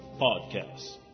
podcasts